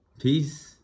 Peace